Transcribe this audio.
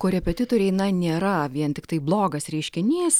korepetitoriai na nėra vien tiktai blogas reiškinys